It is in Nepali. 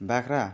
बाख्रा